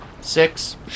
Six